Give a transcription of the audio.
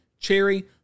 cherry